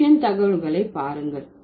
Russian தகவல்களை பாருங்கள்